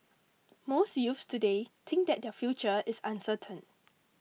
most youths today think that their future is uncertain